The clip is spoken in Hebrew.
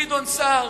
גדעון סער,